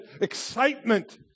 excitement